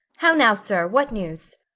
how now, sir! what news?